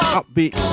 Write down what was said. upbeat